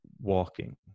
walking